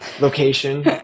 location